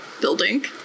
building